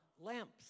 lamps